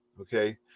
Okay